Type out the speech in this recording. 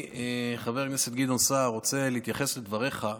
חבר הכנסת גדעון סער, אני רוצה להתייחס לדבריך,